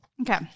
Okay